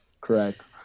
Correct